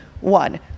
One